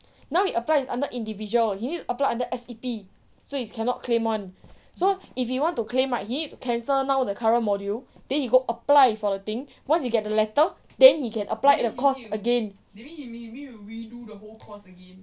now he apply is under individual he need to apply under S_E_P so it's cannot claim [one] so if he want to claim right he need to cancel now the current module then he go apply for the thing once he get the letter then he can apply the course again